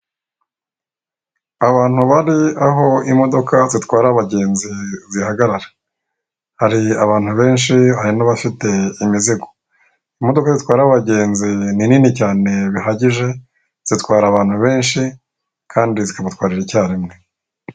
Abantu bari aho imodoka zitwara abagenzi zihagarara hari abantu benshi hari n'abafite imizigo imodoka zitwara abagenzi ni nini cyane bihagije zitwara abantu benshi kandi zikabatwarira icyarimwe.